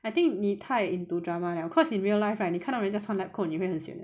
I think 你太 into drama liao cause in real life right 你看到人家穿 lab coat 你会很 sian 的